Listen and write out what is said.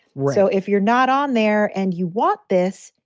so if you're not on there and you want this,